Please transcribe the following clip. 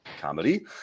comedy